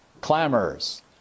Clamors